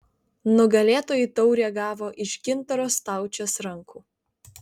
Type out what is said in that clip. nugalėtojai taurę gavo iš gintaro staučės rankų